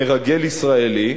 במרגל ישראלי.